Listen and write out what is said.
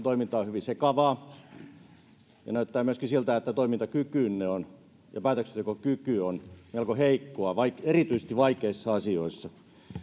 toiminta on hyvin sekavaa ja näyttää myöskin siltä että toimintakykynne ja päätöksentekokykynne on melko heikkoa erityisesti vaikeissa asioissa